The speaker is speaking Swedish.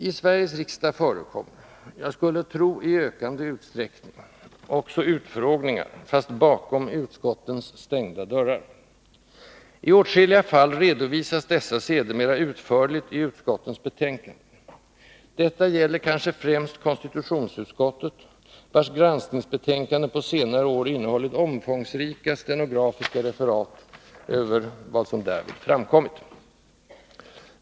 I Sveriges riksdag förekommer — jag skulle tro i ökande utsträckning — också utfrågningar, fast bakom utskottens stängda dörrar. I åtskilliga fall redovisas dessa sedermera utförligt i utskottens betänkanden. Detta gäller kanske främst konstitutionsutskottet, vars granskningsbetänkanden på senare år innehållit omfångsrika stenografiska referat över vad som därvid förekommit.